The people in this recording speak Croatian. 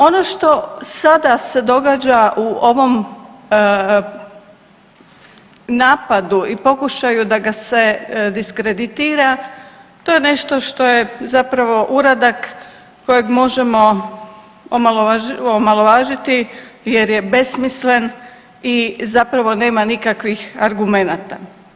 Ono što sada se događa u ovom napadu i pokušaju da ga se diskreditira to je nešto što je zapravo uradak kojeg možemo omalovažiti jer je besmislen i zapravo nema nikakvih argumenata.